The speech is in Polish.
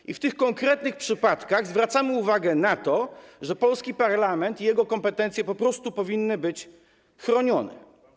I w tych konkretnych przypadkach zwracamy uwagę na to, że polski parlament i jego kompetencje po prostu powinny być chronione.